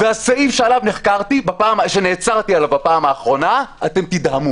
והסעיף שנעצרתי עליו בפעם האחרונה אתם תדהמו